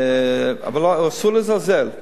אבל אסור לזלזל.